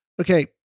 Okay